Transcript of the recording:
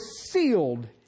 sealed